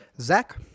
Zach